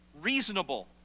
reasonable